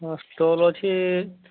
ହଁ ଷ୍ଟଲ୍ ଅଛି